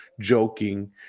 joking